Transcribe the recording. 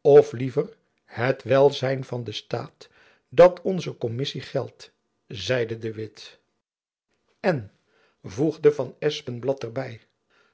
of liever het welzijn van den staat dat onze kommissie geldt zeide de witt en voegde van espenblad er by